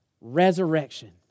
resurrection